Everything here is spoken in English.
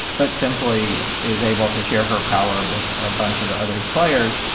but simply is able to share her power with a bunch of other slayers,